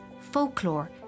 folklore